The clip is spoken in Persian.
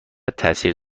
تاثیر